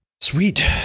sweet